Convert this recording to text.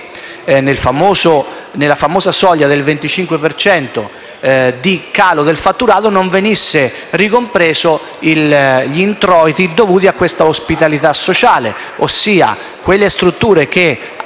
nella famosa soglia del 25 per cento di calo del fatturato non venissero ricompresi gli introiti dovuti alla ospitalità sociale. Poiché quelle strutture che,